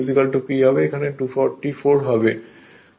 সুতরাং এখানে 224 হবে